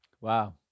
wow